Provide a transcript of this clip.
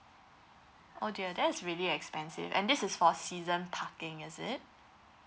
oh dear that's really expensive and this is for season parking is it